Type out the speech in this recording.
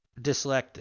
dyslexic